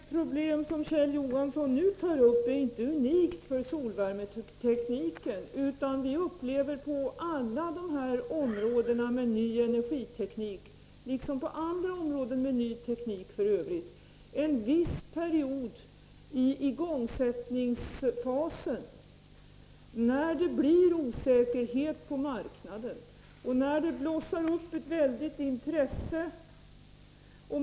Herr talman! Det problem som Kjell Johansson nu tar upp är inte unikt för solvärmetekniken, utan vi upplever på alla dessa områden med ny energiteknik — liksom f. ö. på andra områden med ny teknik — en viss period i igångsättningsfasen när det blir osäkerhet på marknaden och när det blossar upp ett stort intresse.